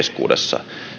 keskuudessa